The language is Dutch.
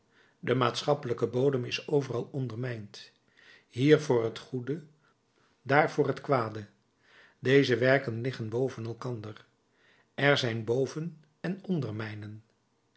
de maatschappelijke bodem is overal ondermijnd hier voor het goede daar voor het kwade deze werken liggen boven elkander er zijn boven en ondermijnen